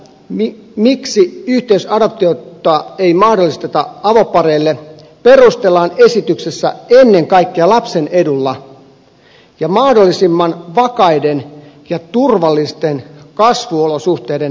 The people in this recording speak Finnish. sitä miksi yhteisadoptiota ei mahdollisteta avopareille perustellaan esityksessä ennen kaikkea lapsen edulla ja mahdollisimman vakaiden ja turvallisten kasvuolosuhteiden turvaamisella